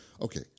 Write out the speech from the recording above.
okay